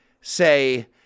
say